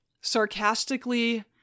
sarcastically